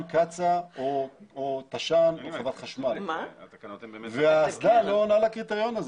קצא"א או חברת חשמל ואז גז לא ענה לקריטריון הזה,